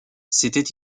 c’était